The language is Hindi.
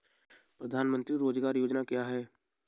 प्रधानमंत्री रोज़गार योजना क्या है?